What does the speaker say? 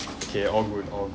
okay on we go